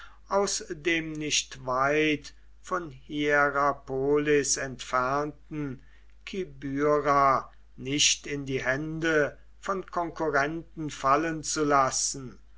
aus dem nicht weit von hierapolis entfernten kibyra nicht in die hände von konkurrenten fallen zu lassen